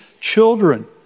children